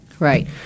Right